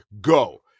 go